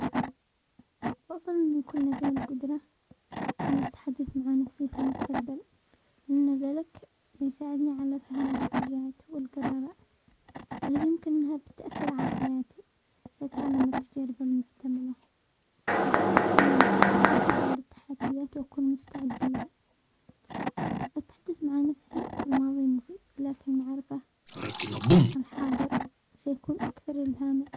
افضل ان يكون لدي القدرة على التحدث مع نفسي في المستقبل، لان ذلك بيساعدني على فهم الاتجاهات والقرارات، الذي يمكن انها تؤثر على حياتي، ساتعلم التجارب المحتملة، وساتعلم بشكل افضل التحديات واكون مستعد لها التحدث مع نفسي في الماضي مفيد لكن اللي اعرفه الحاضر سيكون اكثر الهاما.